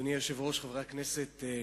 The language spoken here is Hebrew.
אדוני היושב-ראש, חברי הכנסת,